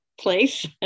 place